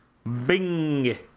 bing